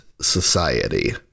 society